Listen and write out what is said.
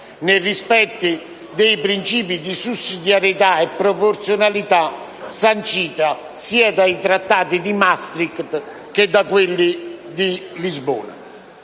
nel rispetto dei princìpi di sussidiarietà e proporzionalità sanciti sia dai trattati Maastricht che da quelli di Lisbona.